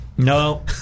No